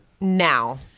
now